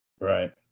Right